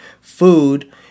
food